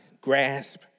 grasp